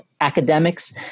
academics